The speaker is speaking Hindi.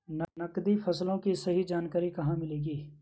नकदी फसलों की सही जानकारी कहाँ मिलेगी?